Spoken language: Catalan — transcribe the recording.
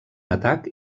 atac